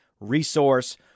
resource